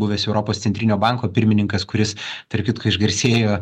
buvęs europos centrinio banko pirmininkas kuris tarp kitko išgarsėjo